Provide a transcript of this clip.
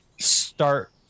start